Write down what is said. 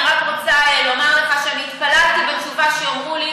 אני רק רוצה לומר לך שאני התפללתי שבתשובה יאמרו לי